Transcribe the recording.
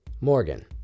Morgan